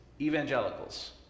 Evangelicals